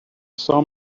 saw